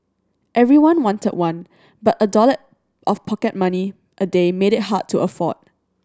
everyone wanted one but a dollar of pocket money a day made it hard to afford